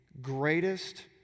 greatest